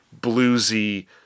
bluesy